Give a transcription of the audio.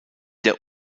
der